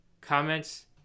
comments